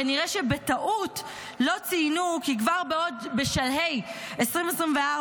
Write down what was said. כנראה שבטעות לא ציינו כי כבר בשלהי 2024,